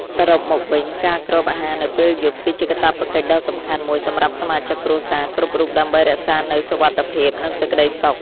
សរុបមកវិញ ការគ្របអាហារនៅពេលយប់ គឺជាកាតព្វកិច្ចដ៏សំខាន់មួយសម្រាប់សមាជិកគ្រួសារគ្រប់រូបដើម្បីរក្សានូវសុវត្ថិភាព និងសេចក្តីសុខ។